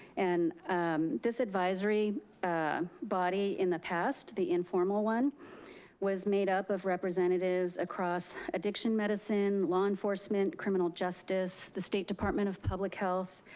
and this advisory body, in the past, the informal one was made up of representatives across addiction medicine, law enforcement, criminal justice, the state department of public health,